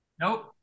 Nope